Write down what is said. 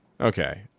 Okay